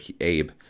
Abe